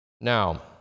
Now